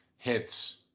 hits